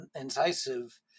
incisive